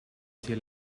sia